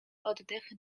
oddech